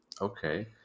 Okay